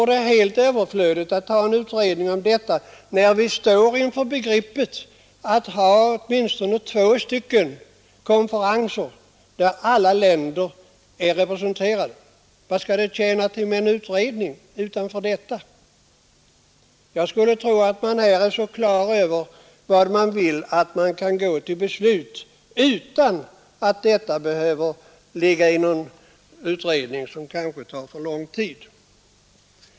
Det är helt överflödigt att tillsätta en utredning om detta, när vi står inför anordnandet av åtminstone två konferenser, där alla länder är representerade. Vad skall det tjäna till med en utredning utanför detta? Jag skulle tro att man är så på det klara med vad man vill, att man kan gå till beslut utan att det behöver avgöras av någon utredning, som kanske tar för lång tid.